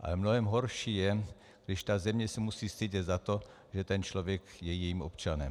Ale mnohem horší je, když ta země se musí stydět za to, že ten člověk je jejím občanem.